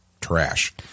trash